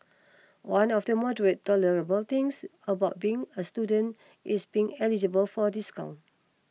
one of the moderately tolerable things about being a student is being eligible for discounts